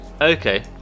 Okay